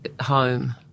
home